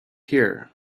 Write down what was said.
here